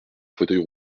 fauteuil